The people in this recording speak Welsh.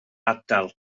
ardal